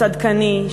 צדקני,